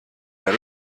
der